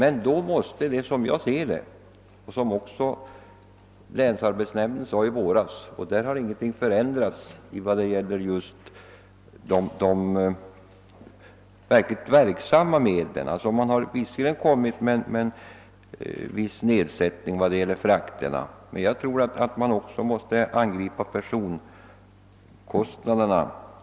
Ingenting har förändrats efter det att länsarbetsnämnden avgivit sitt remissyttrande när det gäller de effektiva medlen. Man har visserligen kommit fram till en viss nedsättning vad gäller frakterna, men jag tror att man också måste angripa persontransportkostnaderna.